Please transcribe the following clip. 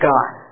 God